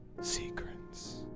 Secrets